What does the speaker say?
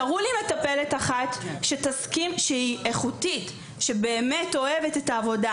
תראו לי מטפלת אחת איכותית שבאמת עובדת את העבודה